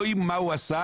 לא מה הוא עשה,